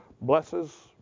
blesses